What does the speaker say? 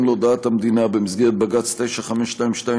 להודעת המדינה במסגרת בג"ץ 9522/07,